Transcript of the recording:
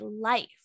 life